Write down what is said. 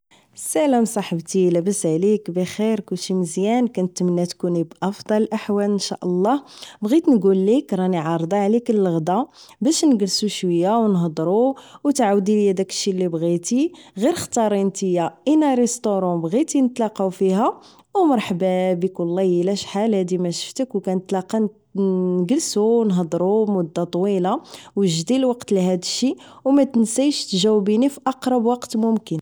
السلام صاحبتي لاباس عليك بخير كلشي مزيان كنتمنى تكوني بافضل الاحوال ان شاء الله يغيت نكوليك راني عارضة عليك للغدا باش نكلسو شوية و نهضرو و تعاودي ليا داكشي لبغيتي غير ختاري نتيا انا ريستورون بغيتي نتلاقاو فيها و مرحبا بيك و الله الا شحال هادي ما شفتك وكنتلاقا نكلسو نهضرو مدة طويلة وجدي الوقت لهادشي و ماتنسايش تجاوبني فأقرب وقت ممكن